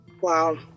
Wow